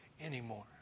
anymore